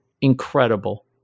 incredible